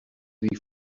dir